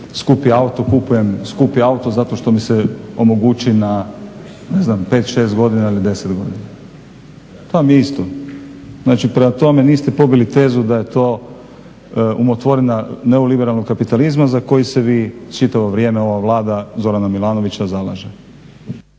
skupi auto, kupujem skupi auto zato što mi se omogući na ne znam na 5,6 godina ili 10 godina. To vam je isto. Znači, prema tome niste pobili tezu da je to umotvorina neoliberalnog kapitalizma za koji se vi čitavo vrijeme, ova Vlada Zorana Milanovića zalaže.